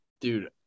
Dude